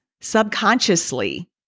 subconsciously